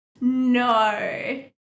No